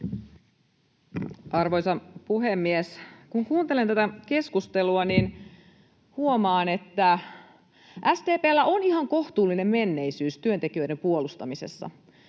Arvoisa puhemies! Kun kuuntelen tätä keskustelua, niin huomaan, että vaikka SDP:llä on ihan kohtuullinen menneisyys työntekijöiden puolustamisessa,